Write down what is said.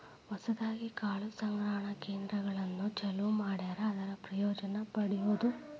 ಹೊಸದಾಗಿ ಕಾಳು ಸಂಗ್ರಹಣಾ ಕೇಂದ್ರಗಳನ್ನು ಚಲುವ ಮಾಡ್ಯಾರ ಅದರ ಪ್ರಯೋಜನಾ ಪಡಿಯುದು